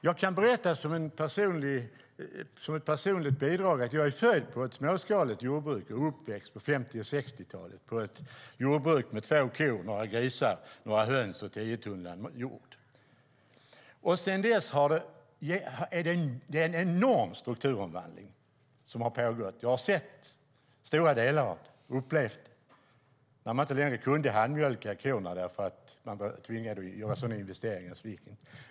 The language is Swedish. Jag kan berätta som ett personligt bidrag att jag är född och uppväxt på ett småskaligt jordbruk på 50 och 60-talet - ett jordbruk med två kor, några grisar, några höns och tio tunnland jord. Sedan dess har en enorm strukturomvandling pågått. Jag har sett stora delar av den och upplevt när man inte längre kunde handmjölka korna eftersom man var tvingad att göra sådana investeringar att det inte gick.